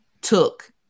took